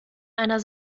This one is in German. einer